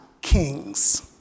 kings